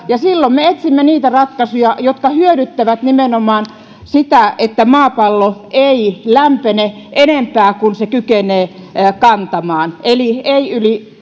ja silloin me etsimme niitä ratkaisuja jotka hyödyttävät nimenomaan sitä että maapallo ei lämpene enempää kuin se kykenee kantamaan eli ei yli